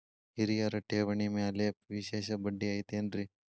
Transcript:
ಹಿರಿಯರ ಠೇವಣಿ ಮ್ಯಾಲೆ ವಿಶೇಷ ಬಡ್ಡಿ ಐತೇನ್ರಿ?